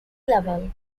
level